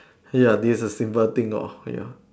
these are simple things lor ya